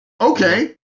okay